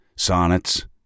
sonnets